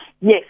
Yes